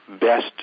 best